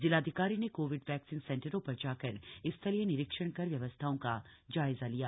जिलाधिकारी ने Covid vaccine सेंटरों पर जाकर स्थलीय निरीक्षण कर व्यवस्थाओं का जायजा लिया